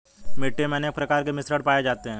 मिट्टी मे अनेक प्रकार के मिश्रण पाये जाते है